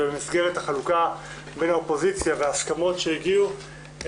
ומסגרת החלוקה בין האופוזיציה וההסכמות שהגיעו,